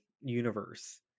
universe